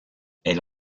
elle